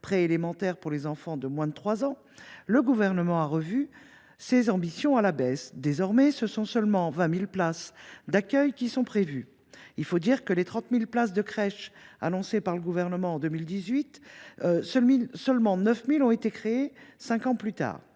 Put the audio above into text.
préélémentaire pour les enfants de moins de 3 ans, le Gouvernement a revu ses ambitions à la baisse. Désormais, 20 000 places d’accueil seulement sont prévues. Il faut dire que, sur les 30 000 places en crèche supplémentaires annoncées par le Gouvernement en 2018, seules 9 000 ont été créées cinq ans plus tard.